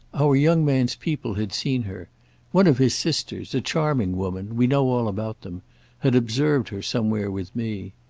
our young man's people had seen her one of his sisters, a charming woman we know all about them had observed her somewhere with me.